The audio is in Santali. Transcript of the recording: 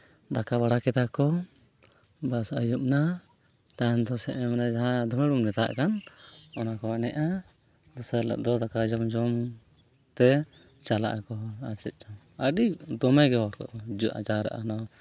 ᱫᱟᱠᱟ ᱵᱟᱲᱟ ᱠᱮᱫᱟ ᱠᱚ ᱵᱟᱥ ᱟᱹᱭᱩᱵ ᱮᱱᱟ ᱛᱟᱭᱚᱢ ᱫᱚ ᱥᱮ ᱢᱟᱱᱮ ᱡᱟᱦᱟᱸ ᱫᱳᱸᱜᱮᱲ ᱵᱚᱱ ᱢᱮᱛᱟᱜ ᱠᱟᱱ ᱚᱱᱟᱠᱚ ᱮᱱᱮᱡᱼᱟ ᱫᱚᱥᱟᱨ ᱦᱤᱞᱳᱜ ᱫᱚ ᱫᱟᱠᱟ ᱡᱚᱢ ᱡᱚᱢ ᱛᱮ ᱪᱟᱞᱟᱜ ᱟᱠᱚ ᱟᱨ ᱪᱮᱫ ᱪᱚᱝ ᱟᱹᱰᱤ ᱫᱚᱢᱮᱜᱮ ᱦᱚᱲᱠᱚ ᱦᱤᱡᱩᱜᱼᱟ ᱡᱟᱣᱨᱟᱜᱼᱟ ᱱᱚᱣᱟ